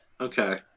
Okay